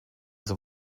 zum